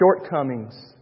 shortcomings